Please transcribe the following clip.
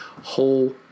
whole